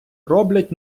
роблять